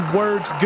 words